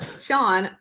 Sean